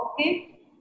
Okay